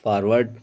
forward